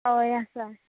हय आसा